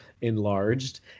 enlarged